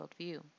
worldview